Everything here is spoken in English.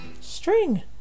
String